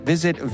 Visit